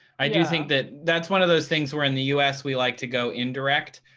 i do think that that's one of those things where, in the us, we like to go indirect,